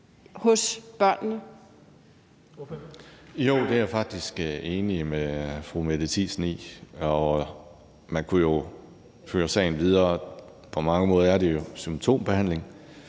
(DF): Jo, det er jeg faktisk enig med fru Mette Thiesen i, og man kunne jo føre sagen videre. På mange måder er det jo symptombehandling,